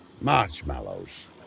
Marshmallows